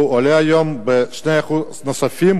הוא עולה היום ב-2% נוספים,